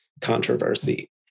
controversy